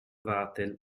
vatel